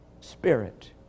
spirit